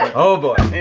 um oh boy.